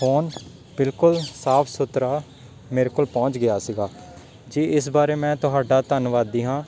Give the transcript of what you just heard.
phone ਬਿਲਕੁਲ ਸਾਫ਼ ਸੁਥਰਾ ਮੇਰੇ ਕੋਲ ਪਹੁੰਚ ਗਿਆ ਸੀਗਾ ਜੀ ਇਸ ਬਾਰੇ ਮੈਂ ਤੁਹਾਡਾ ਧੰਨਵਾਦੀ ਹਾਂ